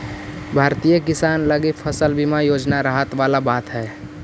भारतीय किसान लगी फसल बीमा योजना राहत वाला बात हइ